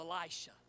Elisha